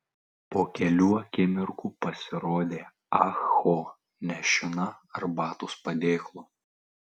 po kelių akimirkų pasirodė ah ho nešina arbatos padėklu